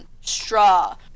straw